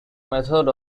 method